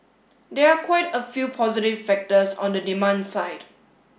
there are quite a few positive factors on the demand side